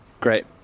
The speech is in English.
Great